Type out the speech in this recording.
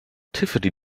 tiffany